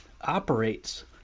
operates